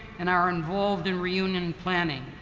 and are involved in reunion planning.